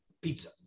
pizza